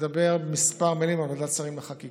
לומר כמה מילים על ועדת השרים לחקיקה,